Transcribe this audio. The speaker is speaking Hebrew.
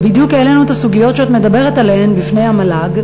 העלינו בדיוק את הסוגיות שאת מדברת עליהן בפני המל"ג,